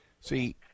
See